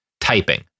Typing